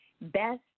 Best